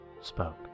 spoke